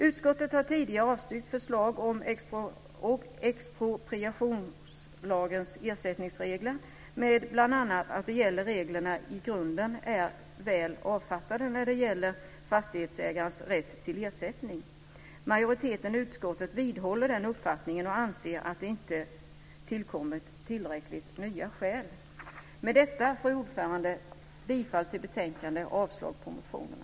Utskottet har tidigare avstyrkt förslag om expropriationslagens ersättningsregler, bl.a. med motiveringen att de gällande reglerna i grunden är väl avfattade när det gäller fastighetsägarens rätt till ersättning. Majoriteten i utskottet vidhåller den uppfattningen och anser att det inte har tillkommit några nya skäl. Med detta yrkar jag, fru talman, bifall till förslaget i betänkandet och avslag på motionerna.